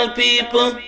people